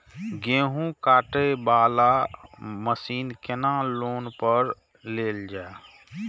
गेहूँ काटे वाला मशीन केना लोन पर लेल जाय?